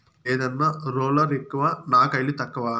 లేదన్నా, రోలర్ ఎక్కువ నా కయిలు తక్కువ